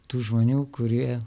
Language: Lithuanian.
tų žmonių kurie